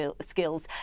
skills